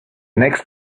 next